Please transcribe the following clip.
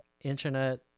internet